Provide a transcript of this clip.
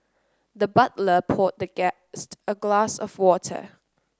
the butler poured the guest a glass of water